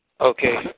Okay